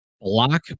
block